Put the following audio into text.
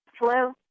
Hello